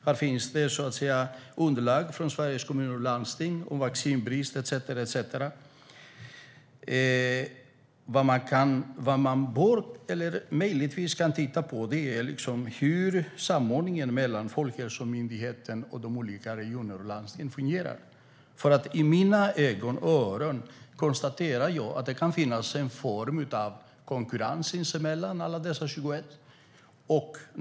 Det finns underlag från Sveriges Kommuner och Landsting om vaccinbrist etcetera. Vad man möjligtvis kan titta på är hur samordningen mellan Folkhälsomyndigheten och de olika regionerna och landstingen fungerar. Med mina ögon och öron konstaterar jag att det kan finnas en form av konkurrens sinsemellan alla dessa 21 myndigheter.